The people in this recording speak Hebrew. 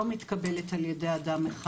לא מתקבלת על ידי אדם אחד.